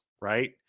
right